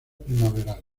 primaveral